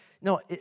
no